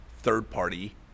third-party